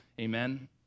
Amen